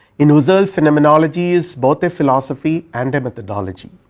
in husserl phenomenology is both a philosophy and a methodology.